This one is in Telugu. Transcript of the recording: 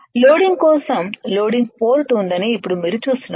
లోడింగ్ కోసం లోడింగ్ పోర్ట్ ఉందని ఇప్పుడు మీరు చూస్తున్నారు